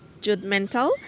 judgmental